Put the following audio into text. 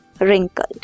wrinkled